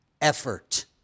Effort